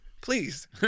Please